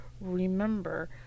remember